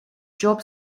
job